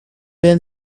been